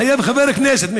מחייב חבר כנסת,